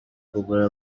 kugura